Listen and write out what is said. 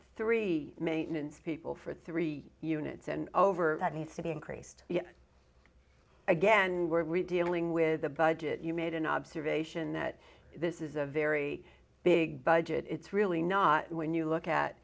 three maintenance people for three units and over that needs to be increased yet again we're dealing with the budget you made an observation that this is a very big budget it's really not when you look at